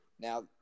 Now